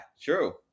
true